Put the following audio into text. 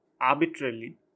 arbitrarily